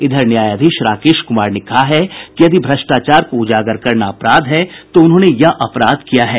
इधर न्यायाधीश राकेश कुमार ने कहा है कि यदि भ्रष्टाचार को उजागर करना अपराध है तो उन्होंने यह अपराध किया है